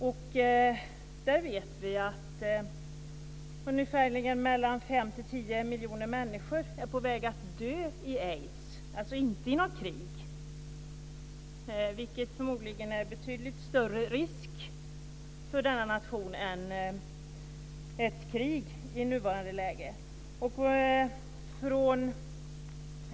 Vi vet att ungefär 5-10 miljoner människor är på väg att dö i aids, vilket förmodligen är en betydligt större risk för denna nation än ett krig i nuvarande läge.